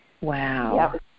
Wow